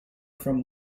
from